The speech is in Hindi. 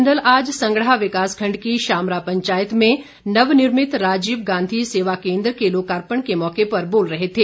बिंदल आज संगड़ाह विकास खण्ड की शामरा पंचायत में नवनिर्मित राजीव गांधी सेवा केन्द्र के लोकार्पण के मौके पर बोल रहे थे